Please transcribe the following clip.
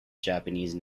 japanese